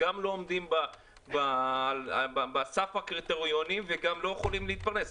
שגם לא עומדים בסף הקריטריונים וגם לא יכולים להתפרנס?